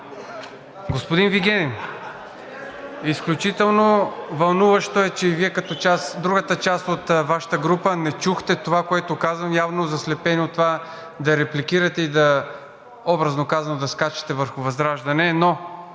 Господин Вигенин, изключително вълнуващо е, че Вие като другата част от Вашата група не чухте това, което казвам. Явно заслепени от това да репликирате и образно казано, да скачате върху ВЪЗРАЖДАНЕ, но